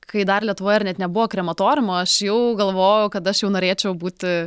kai dar lietuvoje ir net nebuvo krematoriumo aš jau galvojau kad aš jau norėčiau būti